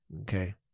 Okay